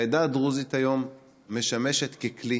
ההגדרה העצמית בארץ בלעדית לעם היהודי,